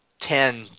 ten